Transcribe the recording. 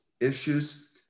issues